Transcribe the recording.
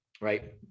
Right